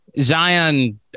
Zion